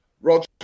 Roger